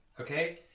Okay